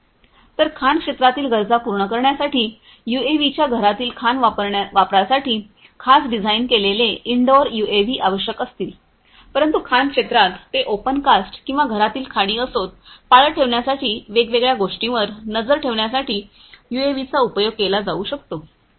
तर खाण क्षेत्रातील गरजा पूर्ण करण्यासाठी यूएव्हीच्या घरातील खाण वापरासाठी खास डिझाइन केलेले इनडोअर यूएव्ही आवश्यक असतील परंतु खाण क्षेत्रात ते ओपन कास्ट किंवा घरातील खाणी असोत पाळत ठेवण्यासाठी वेगवेगळ्या गोष्टींवर नजर ठेवण्यासाठी यूएव्हीचा उपयोग केला जाऊ शकतो